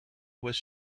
was